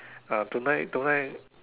ah tonight tonight